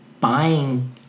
buying